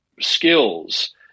skills